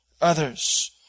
others